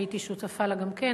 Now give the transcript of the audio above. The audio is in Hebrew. שהייתי שותפה לה גם כן,